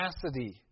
capacity